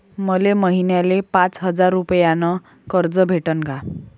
मले महिन्याले पाच हजार रुपयानं कर्ज भेटन का?